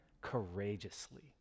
Courageously